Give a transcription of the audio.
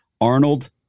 Arnold